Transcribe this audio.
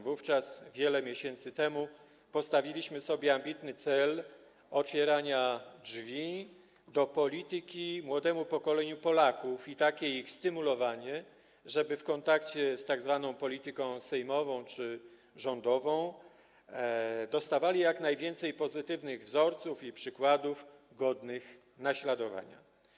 Wówczas, wiele miesięcy temu, postawiliśmy sobie ambitny cel otwierania drzwi do polityki młodemu pokoleniu Polaków i takiego stymulowania młodzieży, żeby w kontakcie z tzw. polityką sejmową czy rządową dostawała jak najwięcej pozytywnych wzorców i przykładów godnych naśladowania.